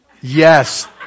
Yes